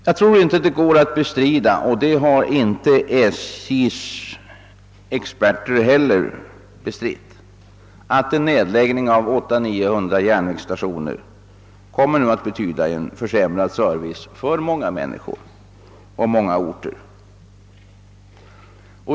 Jag tror inte det går att bestrida, och det har inte heller SJ:s experter bestritt, att en nedläggning av 890 å 900 järnvägsstationer kommer att betyda en försämrad service för många människor och många orter.